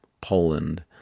Poland